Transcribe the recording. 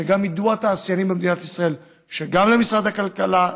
שידעו התעשיינים במדינת ישראל שגם במשרד הכלכלה,